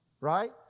right